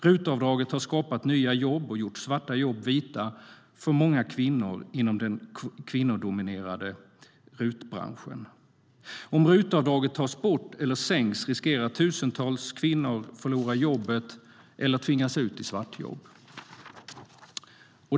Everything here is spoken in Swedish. RUT-avdraget har skapat nya jobb och gjort svarta jobb vita för många kvinnor inom den kvinnodominerade RUT-branschen. Om RUT-avdraget tas bort eller sänks riskerar tusentals kvinnor att förlora jobbet eller att tvingas ut i svartjobb.